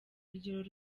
urugero